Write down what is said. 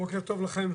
בבקשה.